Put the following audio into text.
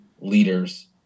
leaders